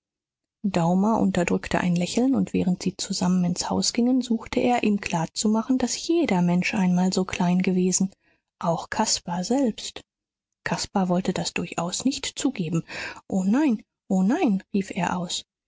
daumer unterdrückte ein lächeln und während sie zusammen ins haus gingen suchte er ihm klarzumachen daß jeder mensch einmal so klein gewesen auch caspar selbst caspar wollte das durchaus nicht zugeben o nein o nein rief er aus